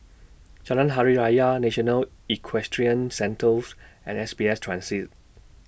Jalan Hari Raya National Equestrian Centres and S B S Transit